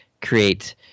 create